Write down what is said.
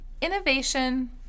innovation